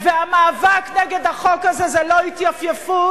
והמאבק נגד החוק הזה זה לא התייפייפות,